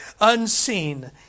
unseen